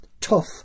tough